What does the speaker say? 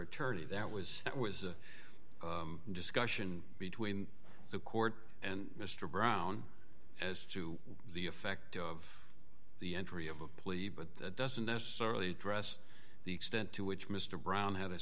attorney that was that was a discussion between the court and mr brown as to the effect of the entry of a plea but that doesn't necessarily dress the extent to which mr brown had